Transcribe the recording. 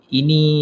ini